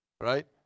right